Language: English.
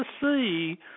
see